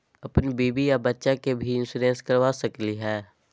अपन बीबी आ बच्चा के भी इंसोरेंसबा करा सकली हय?